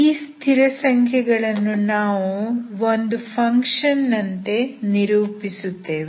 ಈ ಸ್ಥಿರಸಂಖ್ಯೆಗಳನ್ನು ನಾವು ಒಂದು ಫಂಕ್ಷನ್ ನಂತೆ ನಿರೂಪಿಸುತ್ತೇವೆ